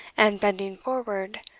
and, bending forward,